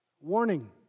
warning